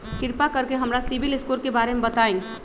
कृपा कर के हमरा सिबिल स्कोर के बारे में बताई?